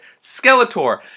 Skeletor